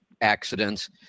accidents